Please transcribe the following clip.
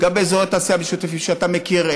וגם באזורי התעשייה שאתה מכיר,